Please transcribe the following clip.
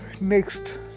next